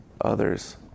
others